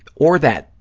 or that,